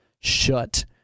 shut